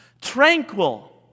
tranquil